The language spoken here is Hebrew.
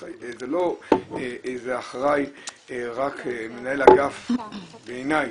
זה לא איזה אחראי, רק מנהל אגף, בעיניי,